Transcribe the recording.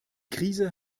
krise